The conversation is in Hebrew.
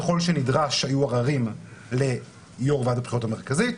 ככל שנדרש היו עררים ליו"ר ועדת הבחירות המרכזית,